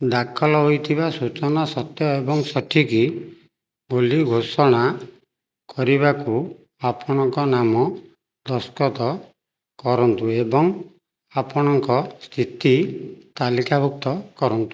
ଦାଖଲ ହୋଇଥିବା ସୂଚନା ସତ୍ୟ ଏବଂ ସଠିକ୍ ବୋଲି ଘୋଷଣା କରିବାକୁ ଆପଣଙ୍କ ନାମ ଦସ୍ତଖତ କରନ୍ତୁ ଏବଂ ଆପଣଙ୍କ ସ୍ଥିତି ତାଲିକାଭୁକ୍ତ କରନ୍ତୁ